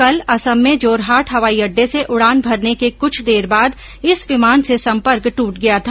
कल असम में जोरहाट हवाई अड्डे से उड़ान भरने के कुछ देर बाद इस विमान से सम्पर्क दूट गया था